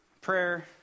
prayer